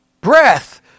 breath